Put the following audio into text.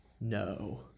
No